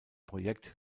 projekt